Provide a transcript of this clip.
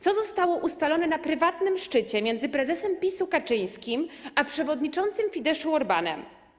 Co zostało ustalone na prywatnym szczycie między prezesem PiS-u Kaczyńskim a przewodniczącym Fideszu Orbánem?